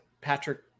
Patrick